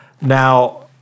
Now